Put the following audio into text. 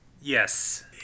Yes